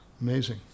Amazing